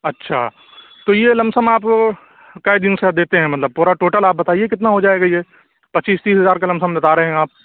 اچھا تو یہ لم سم آپ کئے دِن سے دیتے ہیں مطلب پورا ٹوٹل آپ بتائیے کتنا ہو جائے گا یہ پچیس تیس ہزار کا لم سم بتا رہے ہیں آپ